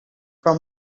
from